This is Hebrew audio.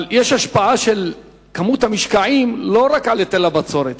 אבל יש השפעה של כמות המשקעים לא רק על היטל הבצורת,